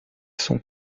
son